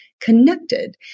Connected